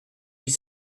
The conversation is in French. huit